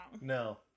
No